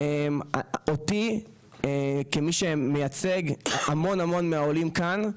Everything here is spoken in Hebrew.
אותי כמי שמייצג המון המון מהעולים כאן,